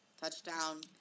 Touchdown